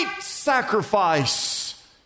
sacrifice